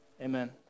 amen